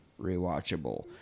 rewatchable